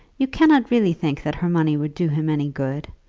you cannot really think that her money would do him any good.